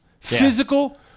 physical